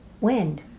Wind